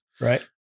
Right